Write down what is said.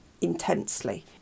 intensely